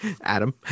Adam